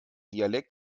dialekt